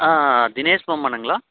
ஆ தினேஷ்வர்மனுங்களா